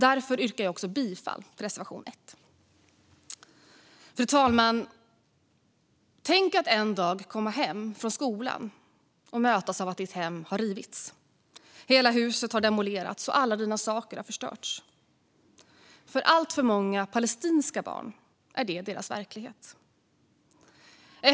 Därför yrkar jag bifall till reservation 1. Fru talman! Tänk att en dag komma hem från skolan och mötas av att ditt hem har rivits! Hela huset har demolerats, och alla dina saker har förstörts. För alltför många palestinska barn är detta deras verklighet.